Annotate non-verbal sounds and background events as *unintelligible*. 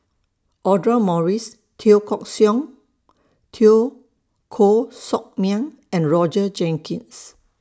Audra Morrice Teo *unintelligible* Teo Koh Sock Miang and Roger Jenkins